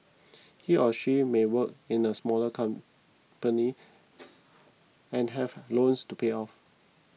he or she may work in a smaller company and have loans to pay off